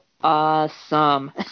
awesome